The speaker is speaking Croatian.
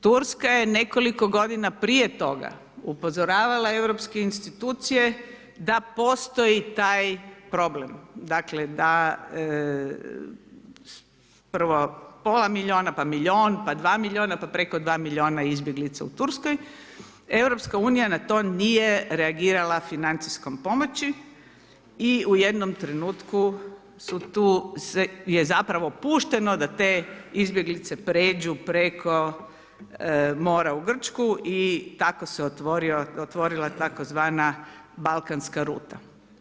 Turska je nekoliko godina prije toga upozoravala europske institucije da postoji taj problem, dakle da prvo pola miliona, pa milion, pa dva miliona, pa preko dva miliona izbjeglica u Turskoj, Europska na to nije reagirala financijskom pomoći i u jednom trenutku su tu, je zapravo pušteno da te izbjeglice pređu preko mora u Grčku i tako se otvorila tzv. Balkanska ruta.